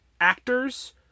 actors